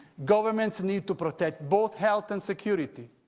governments need to protect both health and security.